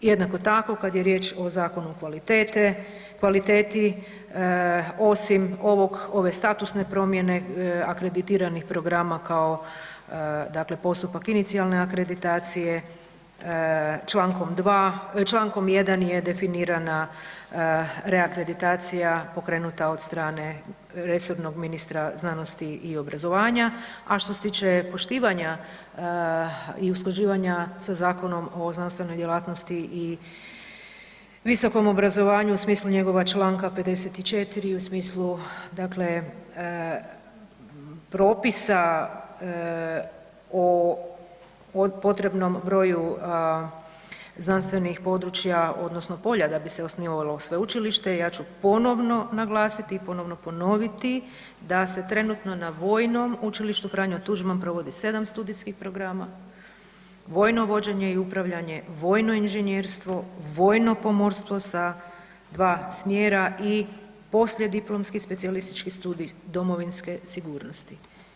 Jednako tako, kad je riječ o Zakonu o kvalitete, osim ove statusne promjene akreditiranih programa kao dakle postupak inicijalne akreditacije, čl. 1. je definirana reakreditacija pokrenuta od strane resornog ministra znanosti i obrazovanja a što se tiče poštivanja i usklađivanja sa Zakonom o znanstvenoj djelatnosti i visokom obrazovanju u smislu njegova čl. 54. i u smislu dakle propisa o potrebnom broju znanstvenih područja odnosno polja da bi se osnivalo sveučilište, ja ću ponovno naglasiti i ponovno ponoviti da se trenutno na Vojnom učilištu F. Tuđman provodi 7 studijskih programa, vojno vođenje i upravljanje, vojno inženjerstvo, vojno pomorstvo sa dva smjera i poslijediplomski specijalistički studij domovinske sigurnosti.